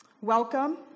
Welcome